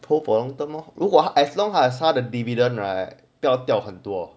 hold for long term lor 如果 as long as right 他的 dividend right 不要掉很多